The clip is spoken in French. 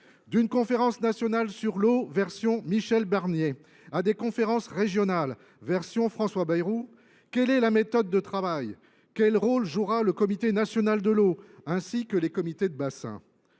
D’une conférence nationale sur l’eau, version « Michel Barnier », à des conférences régionales, version « François Bayrou », quelle est la méthode de travail ? Quel rôle le Comité national de l’eau jouera t il ? Qu’en sera t il des comités de bassin ?